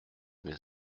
mes